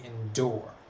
endure